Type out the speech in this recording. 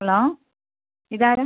hello ഇതാരാണ്